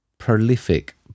prolific